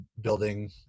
building